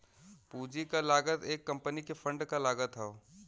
पूंजी क लागत एक कंपनी के फंड क लागत हौ